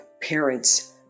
parents